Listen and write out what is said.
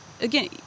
again